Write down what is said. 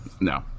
No